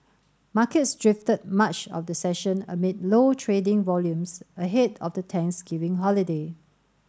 markets drifted much of the session amid low trading volumes ahead of the Thanksgiving holiday